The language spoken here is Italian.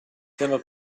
hanno